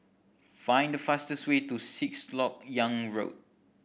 find the fastest way to Sixth Lok Yang Road